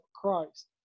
Christ